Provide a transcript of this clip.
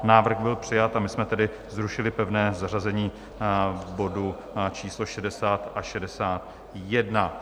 Návrh byl přijat a my jsme zrušili pevné zařazení bodu číslo 60 a 61.